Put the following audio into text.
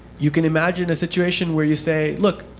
you can imagine a situation where you say, look,